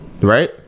right